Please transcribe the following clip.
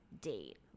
date